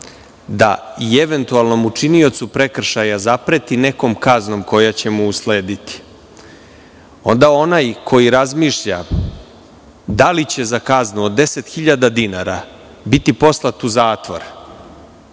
da i eventualnom učiniocu prekršaja zapreti nekom kaznom koja će mu uslediti, onda onaj koji razmišlja da li će za kaznu od 10.000 dinara biti poslat u zatvor